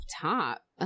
top